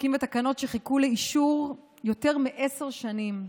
חוקים ותקנות שחיכו לאישור יותר מעשר שנים.